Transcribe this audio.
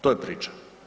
To je priča.